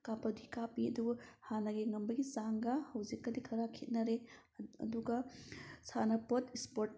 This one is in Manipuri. ꯀꯥꯞꯄꯗꯤ ꯀꯥꯞꯄꯤ ꯑꯗꯨꯕꯨ ꯍꯥꯟꯅꯒꯤ ꯌꯦꯡꯉꯝꯕꯒꯤ ꯆꯥꯡꯒ ꯍꯧꯖꯤꯛꯀꯗꯤ ꯈꯔ ꯈꯦꯠꯅꯔꯦ ꯑꯗꯨꯒ ꯁꯥꯟꯅꯄꯣꯠ ꯏꯁꯄꯣꯔꯠ